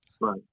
right